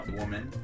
woman